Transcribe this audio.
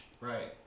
Right